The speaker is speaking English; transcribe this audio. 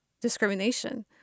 discrimination